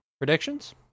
predictions